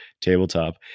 tabletop